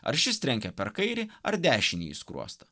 ar šis trenkė per kairį ar dešinį skruostą